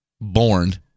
born